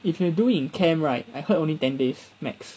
if you do in camp right I heard only ten days max